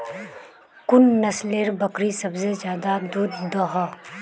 कुन नसलेर बकरी सबसे ज्यादा दूध दो हो?